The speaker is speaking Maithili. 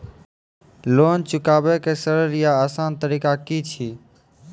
लोन चुकाबै के सरल या आसान तरीका की अछि?